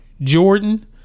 Jordan